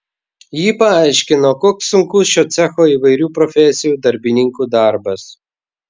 ji paaiškino koks sunkus šio cecho įvairių profesijų darbininkų darbas